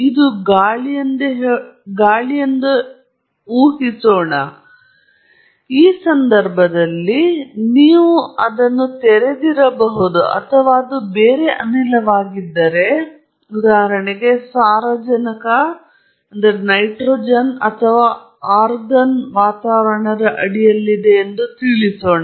ಇದು ಗಾಳಿಯೆಂದು ಹೇಳೋಣ ಈ ಸಂದರ್ಭದಲ್ಲಿ ನೀವು ಅದನ್ನು ತೆರೆದಿರಬಹುದು ಅಥವಾ ಅದು ಬೇರೆ ಅನಿಲವಾಗಿದ್ದರೆ ಇದು ಸಾರಜನಕ ವಾತಾವರಣ ಅಥವಾ ಆರ್ಗಾನ್ ವಾತಾವರಣದ ಅಡಿಯಲ್ಲಿದೆ ಎಂದು ನಾವು ತಿಳಿಸೋಣ